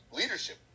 leadership